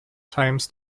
times